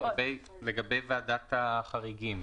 לגבי ועדת החריגים,